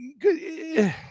good